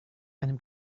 einem